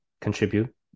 contribute